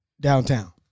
downtown